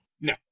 No